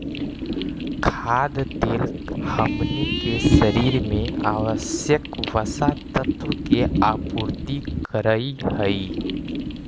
खाद्य तेल हमनी के शरीर में आवश्यक वसा तत्व के आपूर्ति करऽ हइ